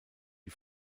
die